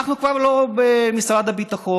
אנחנו כבר לא במשרד הביטחון.